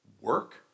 work